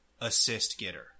assist-getter